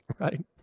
Right